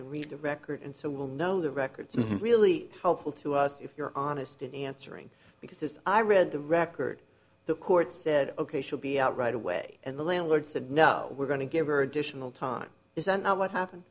and read the record so we'll know the records are really helpful to us if you're honest in answering because as i read the record the court said ok should be out right away and the landlord said no we're going to give her additional time is that not what happened